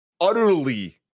utterly